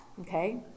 Okay